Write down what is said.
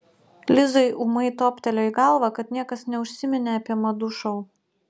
lizai ūmai toptelėjo į galvą kad niekas neužsiminė apie madų šou